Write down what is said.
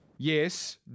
Yes